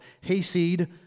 Hayseed